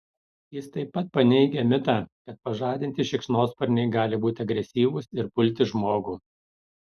jis taip pat paneigia mitą kad pažadinti šikšnosparniai gali būti agresyvūs ir pulti žmogų